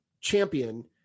champion